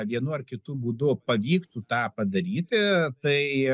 vienu ar kitu būdu pavyktų tą padaryti tai